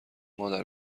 مادر